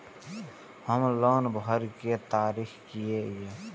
हमर लोन भरए के तारीख की ये?